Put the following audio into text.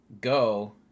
go